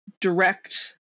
direct